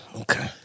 okay